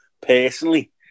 personally